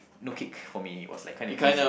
no kick for me was like kind of easy